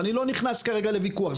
ואני לא נכנס כרגע לויכוח,